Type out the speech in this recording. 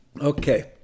okay